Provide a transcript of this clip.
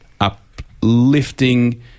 uplifting